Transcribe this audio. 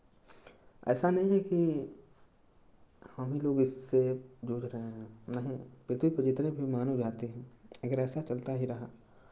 ऐसा नहीं है कि हम ही लोग इससे जूझ रहे हैं नहीं पृथ्वी पे जितने भी मानव जाति हैं अगर ऐसा चलता ही रहा